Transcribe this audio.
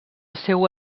seua